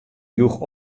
joech